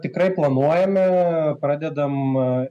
tikrai planuojame pradedam